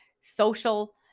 social